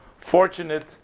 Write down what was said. fortunate